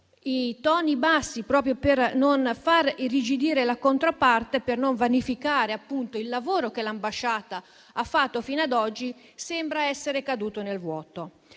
i toni bassi, proprio per non far irrigidire la controparte e non vanificare il lavoro che l'ambasciata ha fatto fino ad oggi, sembra essere caduto nel vuoto.